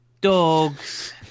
dogs